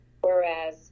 whereas